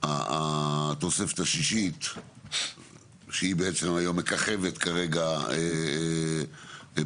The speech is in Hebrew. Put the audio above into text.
התוספת השישית שהיא בעצם היום מככבת כרגע במציאות,